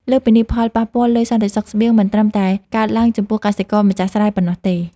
លើសពីនេះ ផលប៉ះពាល់លើសន្តិសុខស្បៀងមិនត្រឹមតែកើតឡើងចំពោះកសិករម្ចាស់ស្រែប៉ុណ្ណោះទេ។